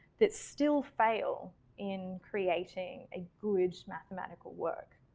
that still fail in creating a good mathematical work.